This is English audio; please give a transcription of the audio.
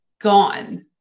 gone